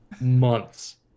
Months